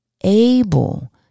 able